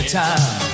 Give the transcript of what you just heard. time